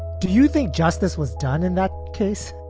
do you think justice was done in that case?